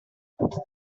dans